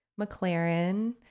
McLaren